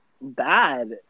bad